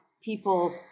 people